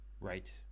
Right